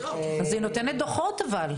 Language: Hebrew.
היא נותנת דוחות אבל.